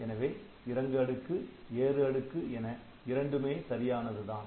எனவே இறங்கு அடுக்கு ஏறு அடுக்கு என இரண்டுமே சரியானதுதான்